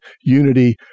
unity